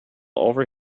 over